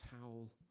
towel